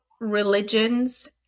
religions